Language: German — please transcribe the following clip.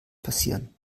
passieren